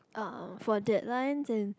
uh for deadlines and